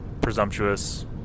presumptuous